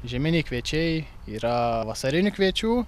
žieminiai kviečiai yra vasarinių kviečių